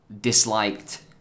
disliked